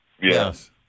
Yes